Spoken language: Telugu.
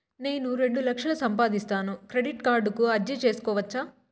నేను రెండు లక్షలు సంపాదిస్తాను, క్రెడిట్ కార్డుకు అర్జీ సేసుకోవచ్చా?